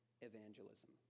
evangelism